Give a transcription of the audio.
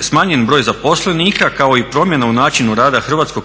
smanjen broj zaposlenika, kao i promjena u načinu rada Hrvatskog